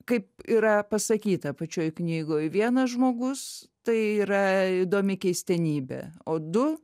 kaip yra pasakyta pačioj knygoj vienas žmogus tai yra įdomi keistenybė o du